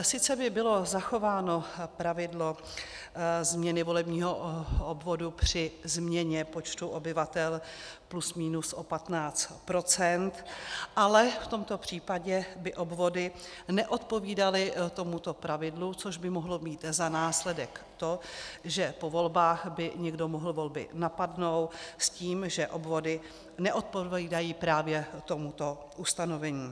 Sice by bylo zachováno pravidlo změny volebního obvodu při změně počtu obyvatel plus minus o 15 %, ale v tomto případě by obvody neodpovídaly tomuto pravidlu, což by mohlo mít za následek to, že po volbách by někdo mohl volby napadnout s tím, že obvody neodpovídají právě tomuto ustanovení.